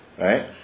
Right